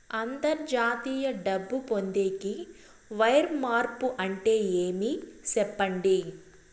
అంతర్జాతీయ డబ్బు పొందేకి, వైర్ మార్పు అంటే ఏమి? సెప్పండి?